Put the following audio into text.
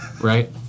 right